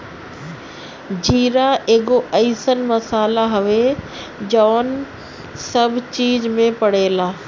जीरा एगो अइसन मसाला हवे जवन सब चीज में पड़ेला